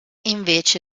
invece